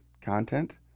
content